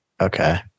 okay